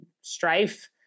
strife